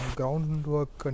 groundwork